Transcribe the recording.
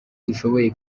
dushoboye